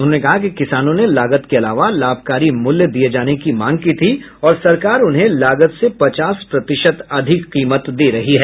उन्होंने कहा कि किसानों ने लागत के अलावा लाभकारी मूल्य दिए जाने की मांग की थी और सरकार उन्हें लागत से पचास प्रतिशत अधिक कीमत दे रही है